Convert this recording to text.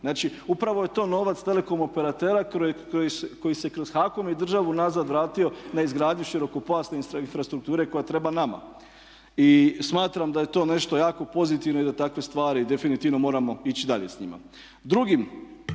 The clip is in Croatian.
Znači, upravo je to novac telekom operatera koji se kroz HAKOM i državu nazad vratio na izgradnju širokopojasne infrastrukture koja treba nama. I smatram da je to nešto jako pozitivno i da takve stvari definitivno moramo ići dalje s njima. Drugi